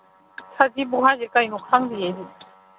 ꯁꯖꯤꯕꯨ ꯍꯥꯏꯁꯦ ꯀꯩꯅꯣ ꯈꯪꯗꯤꯌꯦ ꯑꯩꯗꯤ